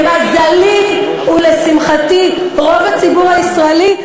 למזלי ולשמחתי רוב הציבור הישראלי,